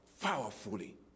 powerfully